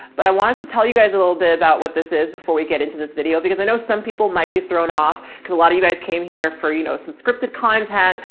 but i wanted to tell you guys a little bit about what this is before we get into this video because i know some people might be thrown off because a lot of you guys came here for, you know, some scripted content.